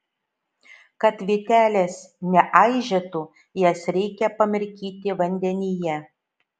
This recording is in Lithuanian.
kad vytelės neaižėtų jas reikia pamirkyti vandenyje